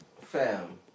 Fam